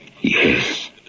Yes